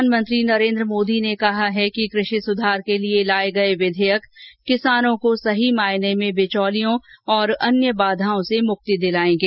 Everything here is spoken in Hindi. प्रधानमंत्री नरेन्द्र मोदी ने कहा है कि कृषि सुधार के लिए लाए गये विधेयक किसानों को सही मायने में बिचौलियों और अन्य बाधाओं से मुक्ति दिलाएंगे